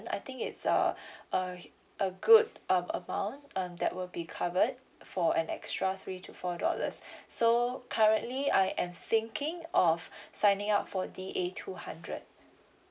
I think it's err uh a good uh amount um that will be covered for an extra three to four dollars so currently I am thinking of signing up for D A two hundred